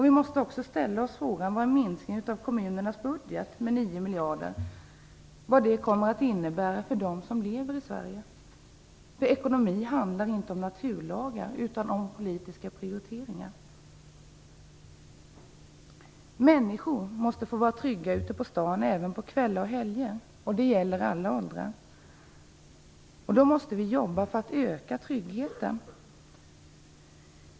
Vi måste ställa oss frågan vad en minskning av kommunernas budget med 9 miljarder kommer att innebära för dem som lever i Sverige. Ekonomi handlar inte om naturlagar utan om politiska prioriteringar. Människor måste få vara trygga ute på stan, även på kvällar och helger. Det gäller alla åldrar. Vi måste jobba för att öka tryggheten.